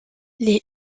les